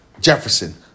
Jefferson